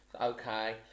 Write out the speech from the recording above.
okay